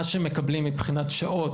מה שהם מקבלים מבחינת שעות,